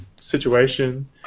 situation